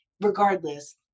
regardless